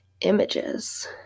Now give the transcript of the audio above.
Images